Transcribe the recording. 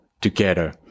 together